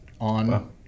on